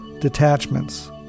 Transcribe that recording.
detachments